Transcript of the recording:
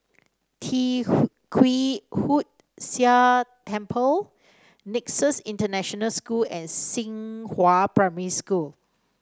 Tee Kwee Hood Sia Temple Nexus International School and Xinghua Primary School